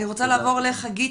אני רוצה לעבור לחגית